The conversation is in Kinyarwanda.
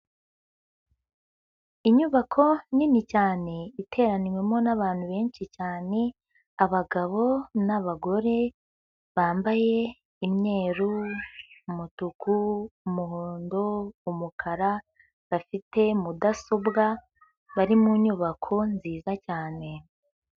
Inyubako nini cyane iteraniwemo n'abantu benshi cyane, abagabo n'abagore, bambaye imyeru, umutuku, umuhondo, umukara, bafite mudasobwa, bari mu nyubako nziza cyane.